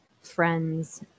friends